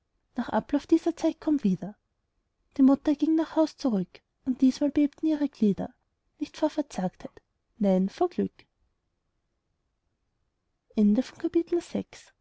nach ablauf dieser zeit komm wieder die mutter ging nach haus zurück und diesmal bebten ihre glieder nicht vor verzagtheit nein vor glück